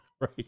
Right